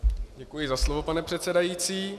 Děkuji za slovo, pane předsedající.